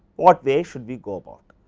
what way should be go. but